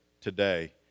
today